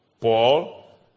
Paul